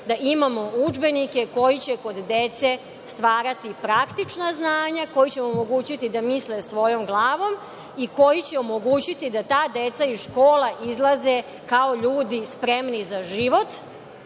da imamo udžbenike koji će kod dece stvarati praktična znanja, koji će omogućiti da misle svojom glavom i koji će omogućiti da ta deca iz škola izlaze kao ljudi spremni za život,